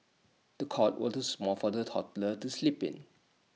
the cot was too small for the toddler to sleep in